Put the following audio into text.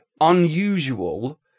unusual